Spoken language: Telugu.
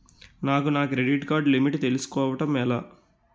నాకు నా క్రెడిట్ కార్డ్ లిమిట్ తెలుసుకోవడం ఎలా?